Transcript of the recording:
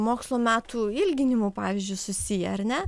mokslo metų ilginimu pavyzdžiui susiję ar ne